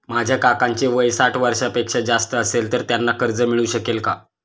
माझ्या काकांचे वय साठ वर्षांपेक्षा जास्त असेल तर त्यांना कर्ज मिळू शकेल का?